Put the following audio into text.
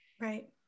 right